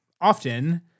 often